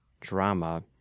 drama